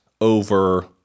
over